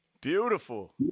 Beautiful